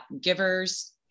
givers